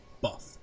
buff